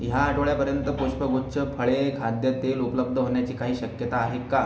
ह्या आठवड्यापर्यंत पुष्पगुच्छ फळे खाद्य तेल उपलब्ध होण्याची काही शक्यता आहे का